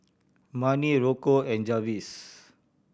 Marni Rocco and Jarvis